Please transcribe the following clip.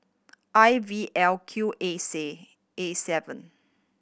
I V L Q A C A seven